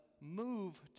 move